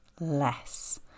less